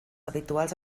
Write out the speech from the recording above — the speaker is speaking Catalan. habituals